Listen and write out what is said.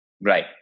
Right